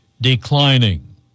declining